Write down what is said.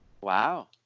Wow